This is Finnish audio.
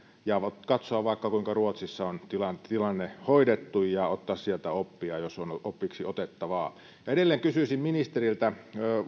ja katsoa vaikka kuinka ruotsissa on tilanne hoidettu ja ottaa sieltä oppia jos on opiksi otettavaa edelleen kysyisin ministeriltä